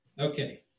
Okay